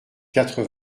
quatre